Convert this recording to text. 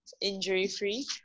injury-free